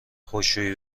خشکشویی